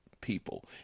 people